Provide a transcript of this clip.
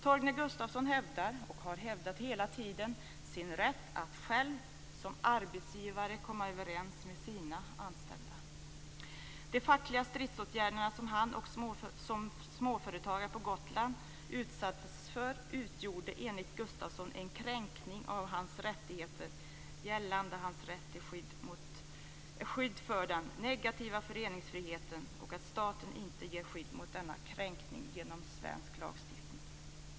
Torgny Gustafsson hävdar, och har hävdat hela tiden, sin rätt att själv som arbetsgivare komma överens med sina anställda. De fackliga stridsåtgärderna som Gustafsson som småföretagare på Gotland utsattes för utgjorde enligt honom en kränkning av hans rättigheter gällande hans rätt till skydd mot den negativa föreningsfriheten. Enligt Gustafsson ger staten genom svensk lagstiftning inte skydd mot denna kränkning.